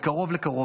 וקרוב לקרוב,